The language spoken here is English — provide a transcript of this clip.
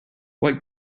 what